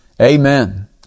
Amen